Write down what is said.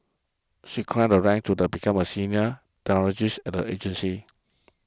she climbed the ranks to the become a senior technologist at the agency